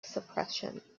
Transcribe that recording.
suppression